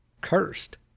Cursed